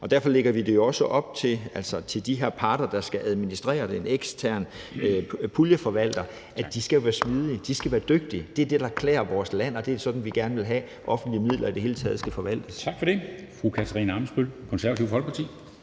Derfor lægger vi det jo også op til de her parter, der skal administrere det, altså de eksterne puljeforvaltere, at de skal være smidige, de skal være dygtige. Det er det, der klæder vores land, og det er sådan, vi gerne vil have at offentlige midler i det hele taget skal forvaltes. Kl. 14:09 Formanden (Henrik Dam Kristensen):